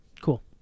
Cool